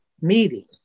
meeting